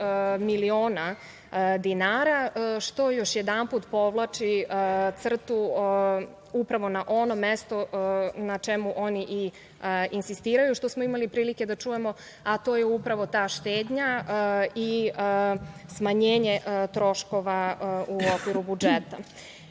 miliona dinara, što još jedanput povlači crtu upravo na ono mesto na čemu oni insistiraju, što smo imali prilike da čujemo, a to je upravo to štednja i smanjenje troškova u okviru